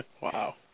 Wow